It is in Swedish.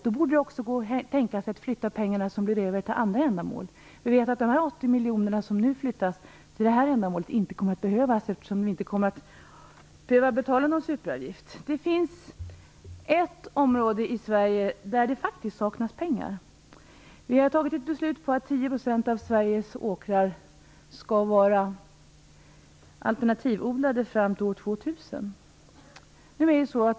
Då borde man också kunna tänka sig att flytta pengarna som blir över till andra ändamål. Vi vet att de 80 miljoner som nu flyttas till detta ändamål inte kommer att behövas, eftersom man inte kommer att behöva betala någon superavgift. Det finns ett område i Sverige där det faktiskt saknas pengar. Vi har fattat ett beslut om att 10 % av Sveriges åkrar skall vara alternativodlade till år 2000.